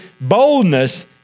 boldness